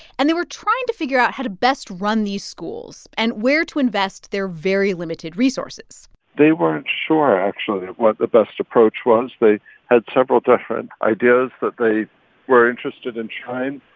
and they were trying to figure out how to best run these schools and where to invest their very limited resources they weren't sure, actually, what the best approach was. they had several different ideas that they were interested in trying.